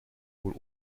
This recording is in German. wohl